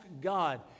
God